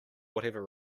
whatever